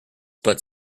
but